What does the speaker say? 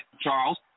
Charles